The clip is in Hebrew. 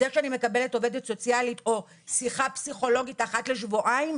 זה שאני מקלת עובדת סוציאלית או שיחה עם פסיכולוגית אחת לשבועיים?